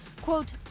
Quote